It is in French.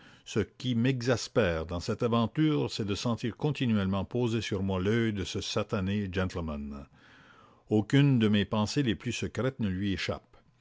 ce qui m'exaspère dans cette aventure c'est de sentir continuellement posé sur moi l'œil de ce satané gentleman aucune de mes pensées les plus secrètes ne lui échappe